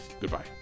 Goodbye